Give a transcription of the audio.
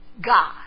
God